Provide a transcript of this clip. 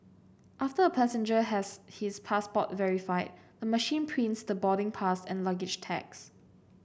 after a passenger has his passport verified the machine prints the boarding pass and luggage tags